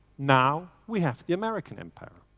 now we have the american empire.